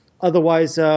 otherwise